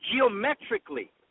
geometrically